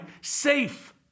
safe